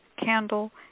candle